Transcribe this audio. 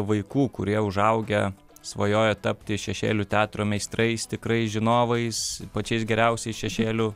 vaikų kurie užaugę svajoja tapti šešėlių teatro meistrais tikrais žinovais pačiais geriausiais šešėlių